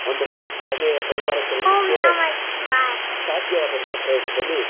ಒಂದಷ್ಟು ಕಾಗೆಯ ಪರಿವಾರ ಕರೀಲಿಕ್ಕೆ ಸಾಧ್ಯವಾದಂಥ ಪ್ರಯತ್ನದಲ್ಲಿ